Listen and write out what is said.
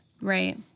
right